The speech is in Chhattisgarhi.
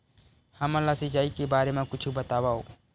हमन ला सिंचाई के बारे मा कुछु बतावव?